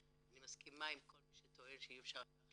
אני מסכימה עם כל מי שטוען שאי אפשר כך